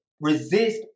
resist